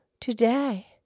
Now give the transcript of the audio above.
today